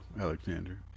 Alexander